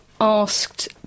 asked